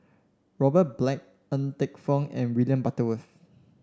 Robert Black Ng Teng Fong and William Butterworth